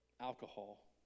alcohol